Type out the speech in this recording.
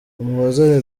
umuhoza